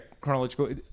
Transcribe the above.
Chronological